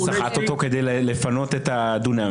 הוא סחט אותו כדי לפנות את הדונמים.